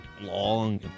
long